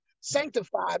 sanctified